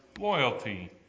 loyalty